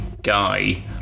Guy